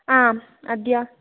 आम् अद्य